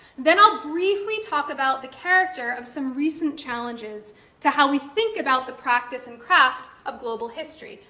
then i'll briefly talk about the character of some recent challenges to how we think about the practice and craft of global history.